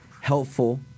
helpful